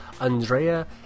Andrea